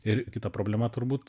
ir kita problema turbūt